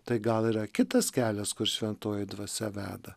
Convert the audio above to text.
tai gal yra kitas kelias kur šventoji dvasia veda